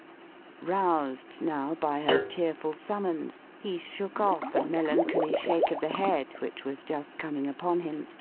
roused, now, by her cheerful summons, he shook off a melancholy shake of the head which was just coming upon him,